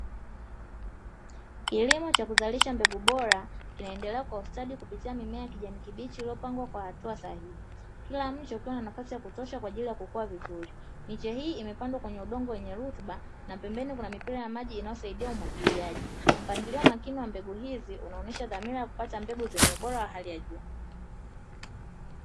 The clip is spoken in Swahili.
kilimo cha kuzalisha mbegu bora inaendelea kwa ustadi kupitia mimea kijana kibichi iliyopangwa kwa hatua zaidi kila mtu alikuwa na nafasi ya kutosha, kwa ajili ya kukua vizuri miche hii imepandwa kwenye udongo wenye rutuba na pembeni kuna mipira ya maji inayosaidia umwagiliaji, mpangilio wa makini wa mbegu hizi unaonyesha dhamira ya kupata mbegu zenye ubora wa hali ya juu.